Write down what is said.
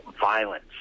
violence